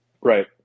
right